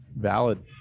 Valid